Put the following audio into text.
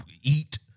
eat